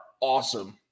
awesome